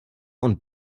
und